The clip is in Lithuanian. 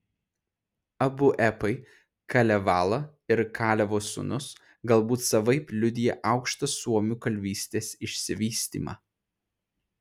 abu epai kalevala ir kalevo sūnus galbūt savaip liudija aukštą suomių kalvystės išsivystymą